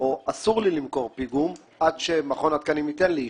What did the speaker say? או אסור לי למכור פיגום עד שמכון התקנים ייתן לי אישור?